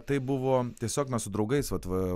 tai buvo tiesiog na su draugais vat va